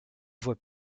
voie